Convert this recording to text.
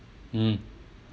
mm